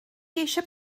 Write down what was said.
eisiau